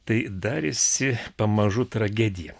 tai darėsi pamažu tragediją